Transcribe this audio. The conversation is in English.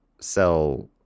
sell